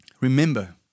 Remember